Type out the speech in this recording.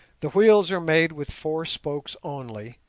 the wheels are made with four spokes only,